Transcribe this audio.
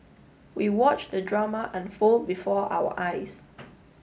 we watched the drama unfold before our eyes